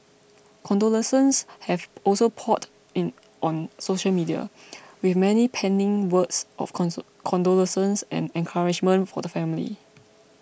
condolences have also poured in on social media with many penning words of condolences and encouragement for the family